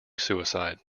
suicide